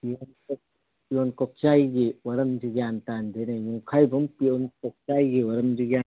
peon ꯀꯣꯛꯆꯥꯏꯒꯤ ꯋꯥꯔꯝꯁꯤ ꯒ꯭ꯌꯥꯟ ꯇꯥꯗꯦꯅꯦ ꯌꯨꯝꯈꯥꯏꯕꯝ ꯄꯤꯌꯣꯟ ꯀꯣꯛꯆꯥꯏꯒꯤ ꯋꯥꯔꯝꯁꯤ ꯒ꯭ꯌꯥꯟ